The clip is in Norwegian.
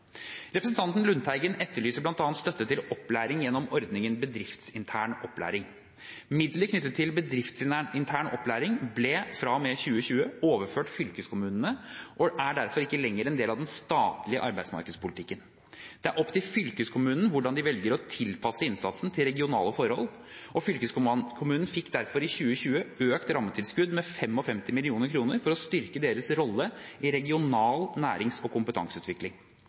Representanten Lundteigen etterlyser bl.a. støtte til opplæring gjennom ordningen bedriftsintern opplæring. Midler knyttet til bedriftsintern opplæring ble fra og med 2020 overført fylkeskommunene og er derfor ikke lenger en del av den statlige arbeidsmarkedspolitikken. Det er opp til fylkeskommunen hvordan de velger å tilpasse innsatsen til regionale forhold. Fylkeskommunene fikk derfor i 2020 økt rammetilskuddet med 55 mill. kr for å styrke sin rolle i regional nærings- og kompetanseutvikling.